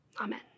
Amen